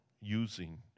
using